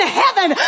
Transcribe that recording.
heaven